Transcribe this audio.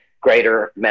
greater